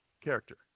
character